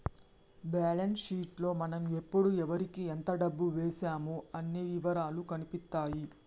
balance sheet లో మనం ఎప్పుడు ఎవరికీ ఎంత డబ్బు వేశామో అన్ని ఇవరాలూ కనిపిత్తాయి